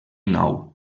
nou